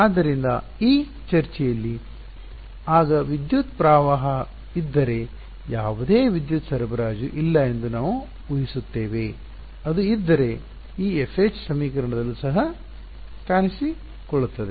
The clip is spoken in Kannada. ಆದ್ದರಿಂದ ಈ ಚರ್ಚೆಯಲ್ಲಿ ಆಗ ವಿದ್ಯುತ್ ಪ್ರವಾಹ ಇದ್ದರೆ ಯಾವುದೇ ವಿದ್ಯುತ್ ಸರಬರಾಜು ಇಲ್ಲ ಎಂದು ನಾವು ಉಹಿಸುತ್ತೇವೆ ಅದು ಇದ್ದರೆ ಈ FH ಸಮೀಕರಣದಲ್ಲೂ ಸಹ ಕಾಣಿಸುತ್ತದೆ